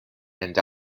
and